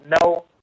no